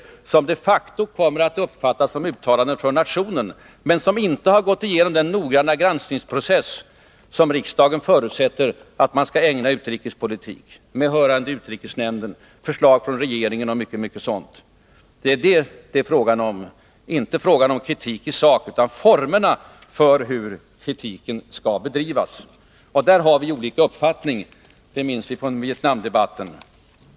Sådana uttalanden skulle de facto komma att uppfattas som uttalanden för nationen, men skulle inte ha gått igenom den noggranna granskning - med hörande av utrikesnämnden, förslag från regeringen m.m. — som riksdagen förutsätter att utrikespolitiken skall ägnas. Det är således fråga om formerna för hur kritiken skall framföras. På den punkten har vi olika uppfattningar. Det minns vi från Vietnamdebatten.